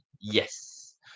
yes